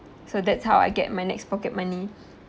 so that's how I get my next pocket money